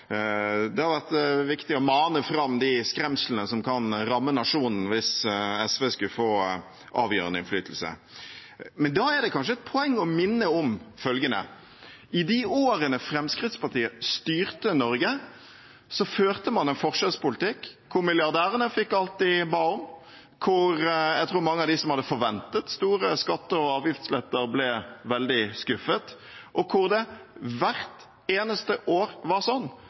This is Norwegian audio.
det har vært viktig å mane fram skremsler om hva som kan ramme nasjonen hvis SV skulle få avgjørende innflytelse. Men da er det kanskje et poeng å minne om følgende: I de årene Fremskrittspartiet styrte Norge, førte man en forskjellspolitikk hvor milliardærene fikk alt de ba om, hvor jeg tror mange av dem som hadde forventet store skatte- og avgiftsletter, ble veldig skuffet, og hvor det hvert eneste år var sånn